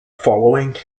following